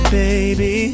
baby